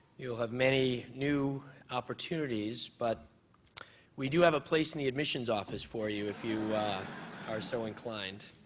you will have many new opportunities, but we do have a place in the admissions office for you if you are so inclined.